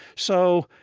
so,